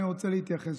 אני רוצה להתייחס,